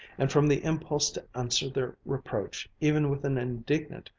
and from the impulse to answer their reproach even with an indignant,